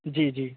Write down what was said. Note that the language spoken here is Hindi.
जी जी